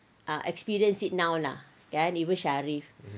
ah experience it now lah ya even sharif